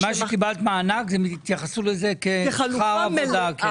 הם התייחסו למה שקיבלת מענק כשכר עבודה.